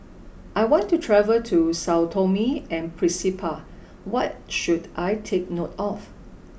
I want to travel to Sao Tome and Principe what should I take note of